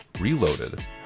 Reloaded